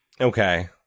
Okay